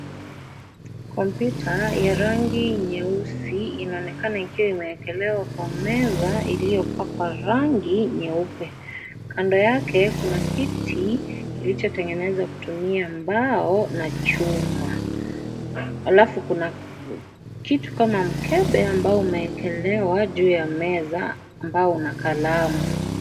Kompyuta ya rangi nyeusi inaonekana ikiwa imeekelewa kwa meza iliyopakwa rangi nyeupe. Kando yake kuna kiti kilichotengeneza kutumia mbao na chuma alafu kuna kitu kama mkebe ambao umewekelewa juu ya meza ambao una kalamu.